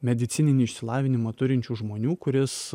medicininį išsilavinimą turinčių žmonių kuris